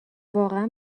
واقعا